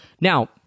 Now